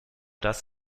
das